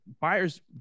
Buyers